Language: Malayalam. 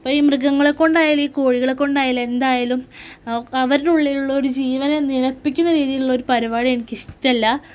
ഇപ്പോള് ഈ മൃഗങ്ങളെ കൊണ്ട് ആയാല് ഈ കോഴികളെക്കൊണ്ടായാല് എന്തായാലും അവരുടെ ഉള്ളിലുള്ളൊരു ജീവനെ നിനപ്പിക്കുന്ന രീതിയിലുള്ളൊരു പരിപാടി എനിക്ക് ഇഷ്ടമല്ല